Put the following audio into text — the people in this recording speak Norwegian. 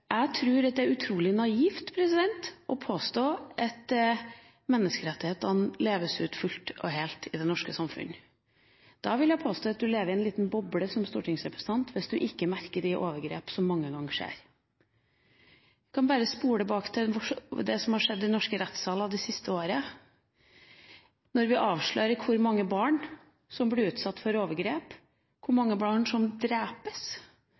Jeg tror at det er utrolig naivt å påstå at menneskerettighetene leves ut fullt og helt i det norske samfunnet. Jeg vil påstå at man lever i en liten boble som stortingsrepresentant hvis man ikke merker de overgrep som mange ganger skjer. Man kan bare spole tilbake til det som har skjedd i norske rettssaler det siste året, og avsløre hvor mange barn som blir utsatt for overgrep, hvor mange barn som